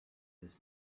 his